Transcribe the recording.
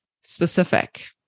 specific